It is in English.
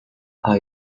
are